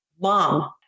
Mom